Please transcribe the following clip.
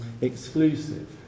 exclusive